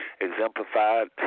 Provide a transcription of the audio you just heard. exemplified